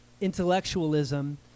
intellectualism